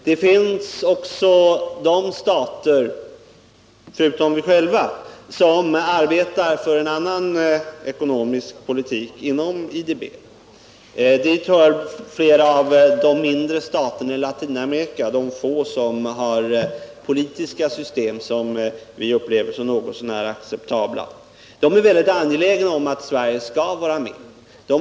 Det finns också stater förutom vi själva som arbetar för en annan ekonomisk politik inom IDB. Dit hör flera av de mindre staterna i Latinamerika, de få stater som har politiska system som vi upplever som något så när acceptabla. De är väldigt angelägna om att Sverige skall vara med i banken.